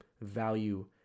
value